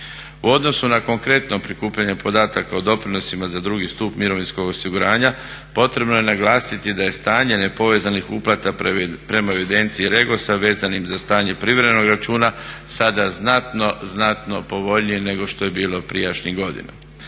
U odnosu na konkretno prikupljanje podataka o doprinosima za 2. stup mirovinskog osiguranja potrebno je naglasiti da je stanje nepovezanih uplata prema evidenciji REGOS-a vezanim za stanje privremenog računa sada znatno, znatno povoljnije nego što je bilo prijašnjih godina.